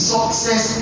Success